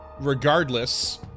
regardless